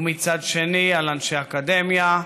ומצד שני על אנשי אקדמיה.